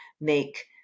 make